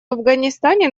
афганистане